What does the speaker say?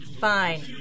Fine